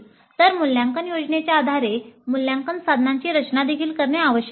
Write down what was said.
तर मूल्यांकन योजनेच्या आधारे मूल्यांकन साधनांची रचनादेखील करणे आवश्यक आहे